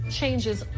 changes